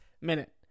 minute